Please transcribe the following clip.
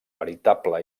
veritable